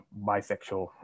bisexual